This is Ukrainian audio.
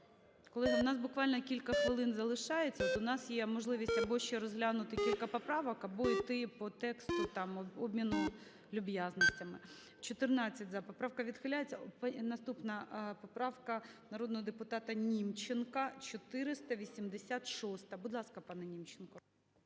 Колеги, у нас буквально кілька хвилин залишається. От у нас є можливість або ще розглянути кілька поправок, або йти по тексту, там, обміну люб'язностями. 17:38:45 За-14 Поправка відхиляється. Наступна поправка народного депутата Німченка 486-а. Будь ласка, пане Німченко.